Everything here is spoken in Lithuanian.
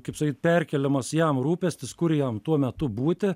kaip sakyt perkeliamas jam rūpestis kur jam tuo metu būti